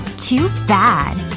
too bad